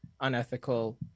unethical